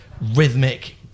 rhythmic